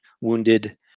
wounded